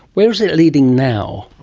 where is it leading now?